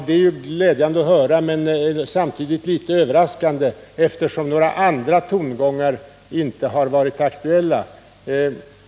Det är ju glädjande att höra, men det är samtidigt litet överraskande, eftersom några andra tongånger inte har varit aktuella.